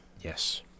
Yes